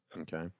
Okay